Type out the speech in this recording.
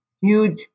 huge